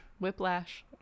Whiplash